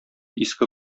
иске